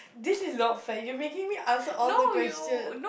this is not fair you making me answer all the question